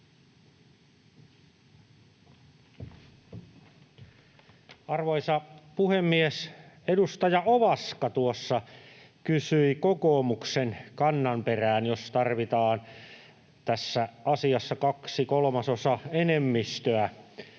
Arvoisa puhemies! Edustaja Ovaska tuossa kysyi kokoomuksen kannan perään, jos tarvitaan tässä asiassa kahden kolmasosan enemmistöä.